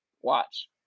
watch